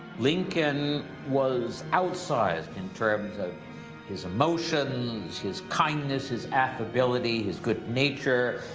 lincoln was outsized in terms of his emotions, his kindness, his affability, his good nature,